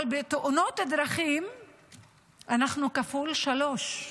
אבל בתאונות הדרכים אנחנו כפול שלוש.